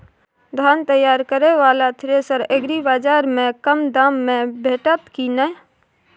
धान तैयार करय वाला थ्रेसर एग्रीबाजार में कम दाम में भेटत की नय?